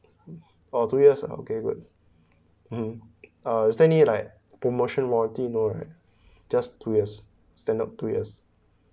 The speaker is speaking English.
orh two years uh okay good mmhmm uh is there any like promotion warranty no right just two years standard two years